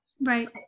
Right